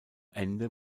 ende